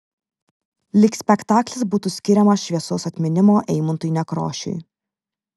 lyg spektaklis būtų skiriamas šviesaus atminimo eimuntui nekrošiui